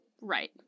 Right